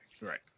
right